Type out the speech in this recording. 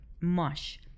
mush